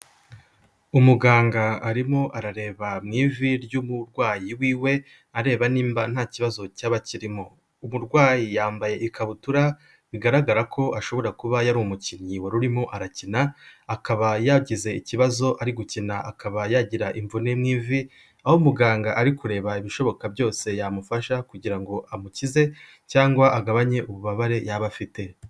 Umuganga arimo arareba mu ivi ry'umurwayi wiwe, areba nimba nta kibazo cyaba kirimo, umurwayi yambaye ikabutura bigaragara ko ashobora kuba yari umukinnyi, wari urimo arakina, akaba yagize ikibazo ari gukina, akaba yagira imvune mu ivi, aho muganga ari kureba ibishoboka byose yamufasha, kugira ngo amukize cyangwa agabanye ububabare yaba afite.